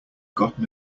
gotten